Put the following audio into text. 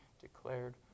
declared